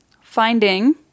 finding